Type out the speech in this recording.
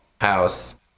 house